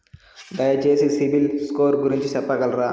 దయచేసి CIBIL score గురించి చెప్పగలరా?